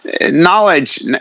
knowledge